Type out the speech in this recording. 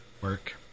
work